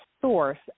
source